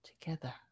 together